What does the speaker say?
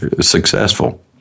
successful